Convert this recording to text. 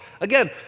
Again